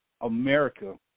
America